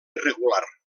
irregular